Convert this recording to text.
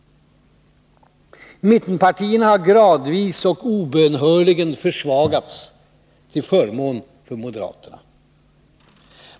Mittenpartierna har gradvis och obönhörligen försvagats till förmån för moderaterna.